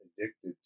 addicted